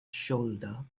shoulder